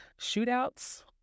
shootouts